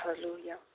Hallelujah